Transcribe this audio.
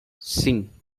sim